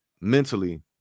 mentally